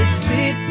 sleep